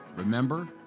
Remember